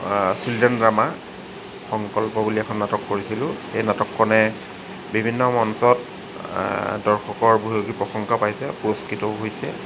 children drama Sankalpa বুলি নাটক এখন কৰিছিলোঁ সেই নাটকখনে বিভিন্ন মঞ্চত দৰ্শকৰ ভূয়সী প্ৰশংসা পাইছে পুৰস্কৃতও হৈছে